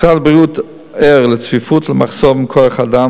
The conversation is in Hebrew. משרד הבריאות ער לצפיפות ולמחסור בכוח-האדם